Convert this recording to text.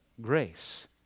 grace